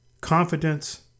confidence